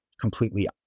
completely